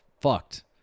fucked